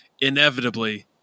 inevitably